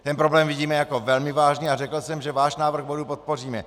Ten problém vidíme jako velmi vážný a řekl jsem, že váš návrh bodu podpoříme.